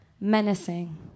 menacing